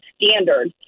standard